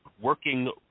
working